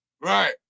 Right